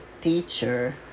teacher